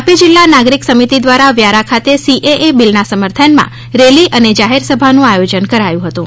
તાપી જીલ્લા નાગરિક સમિતિ દ્વારા વ્યારા ખાતે સીએએ બિલના સમર્થનમાં રેલી અને જાહેર સભાનું આયોજન કરાયુ હતુ